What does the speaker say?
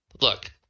look